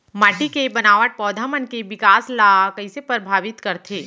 माटी के बनावट पौधा मन के बिकास ला कईसे परभावित करथे